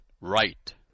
right